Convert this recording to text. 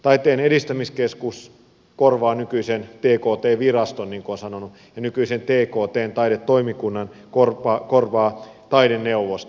taiteen edistämiskeskus korvaa nykyisen tkt viraston niin kuin olen sanonut ja nykyisen tktn taidetoimikunnan korvaa taideneuvosto